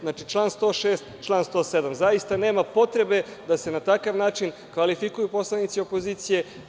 Znači član 106, 107. zaista nema potrebe da se na takav način kvalifikuju poslanici opozicije.